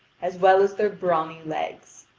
as well as their brawny legs.